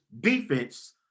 defense